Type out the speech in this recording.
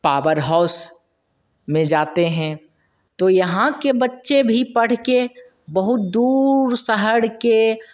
power house में जाते हैं तो यहाँ के बच्चे भी पढ़ के बहुत दूर शहर के